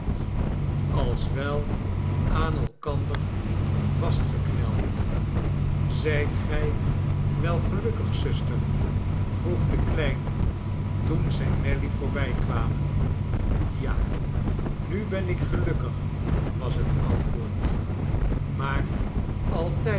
als wel aan elkander vastgekneld zijt gij wel gelukkig zuster vroeg de kleine toen zij nelly voorbijkwamen ja nu ben ik gelukkig was het antwoord maar altijd